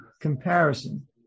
comparison